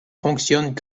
fonctionne